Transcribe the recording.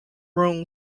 room